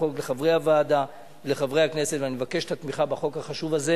הקבוע כיום בחוק ביחס לעסק ממשיך,